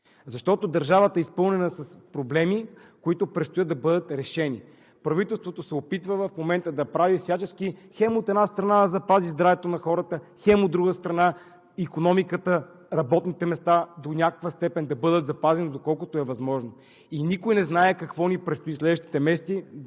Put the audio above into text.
защото държавата е изпълнена с проблеми, които предстоят да бъдат решени. Правителството се опитва в момента да прави всячески хем, от една страна, да запази здравето на хората, хем, от друга страна, икономиката, работните места до някаква степен да бъдат запазени, доколкото е възможно и никой не знае какво ни предстои следващите месеци,